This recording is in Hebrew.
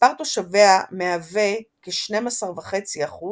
מספר תושביה מהווה כ־12.5%